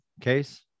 case